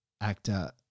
actor